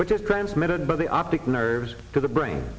which is transmitted by the optic nerves to the brain